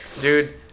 Dude